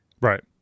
Right